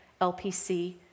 LPC